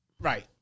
right